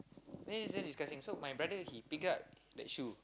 then is damn disgusting so my brother he dig up that shoe